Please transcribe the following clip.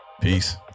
Peace